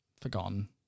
forgotten